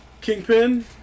Kingpin